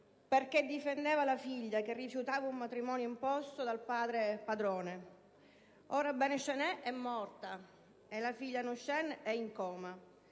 perché difendeva la figlia che rifiutava un matrimonio imposto dal padre-padrone. Ora Begm Shnez è morta e la figlia Nosheen è in coma.